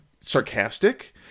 sarcastic